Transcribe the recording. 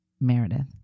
Meredith